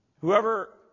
whoever